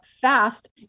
fast